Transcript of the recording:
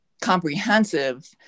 comprehensive